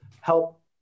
help